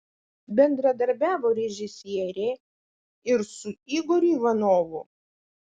bendradarbiavo režisierė ir su igoriu ivanovu